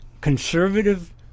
conservative